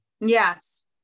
yes